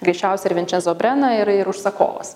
greičiausiai ir vinčezo brena ir ir užsakovas